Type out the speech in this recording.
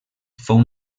fou